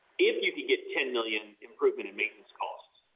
if you can get ten million improvement in maintenance costs,